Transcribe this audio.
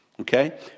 Okay